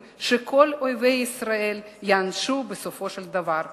שכל אויבי ישראל ייענשו בסופו של דבר.